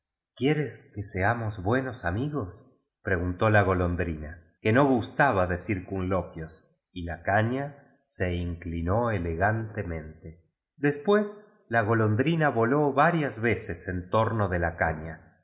quiéres que seamos buenos amigos pre guntó la golondrina que no gustaba de circunlo quios y la caña se indinó elegantemente después la golondrina voló varias veces en torno de la ca